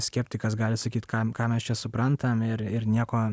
skeptikas gali sakyt ką ką mes čia suprantam ir ir nieko